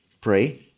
Pray